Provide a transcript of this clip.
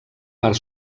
part